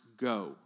Go